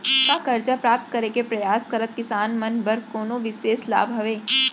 का करजा प्राप्त करे के परयास करत किसान मन बर कोनो बिशेष लाभ हवे?